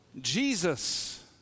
Jesus